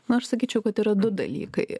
na aš sakyčiau kad yra du dalykai